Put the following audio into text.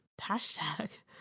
hashtag